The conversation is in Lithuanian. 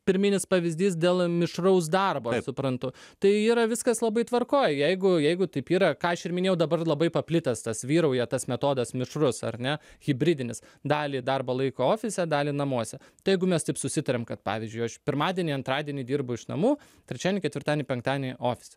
pirminis pavyzdys dėl mišraus darbo aš suprantu tai yra viskas labai tvarkoj jeigu jeigu taip yra ką aš ir minėjau dabar labai paplitęs tas vyrauja tas metodas mišrus ar ne hibridinis dalį darbo laiko ofise dalį namuose tai jeigu mes taip susitariam kad pavyzdžiui aš pirmadienį antradienį dirbu iš namų trečiadienį ketvirtadienį penktadienį ofise